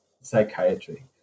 psychiatry